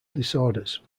disorders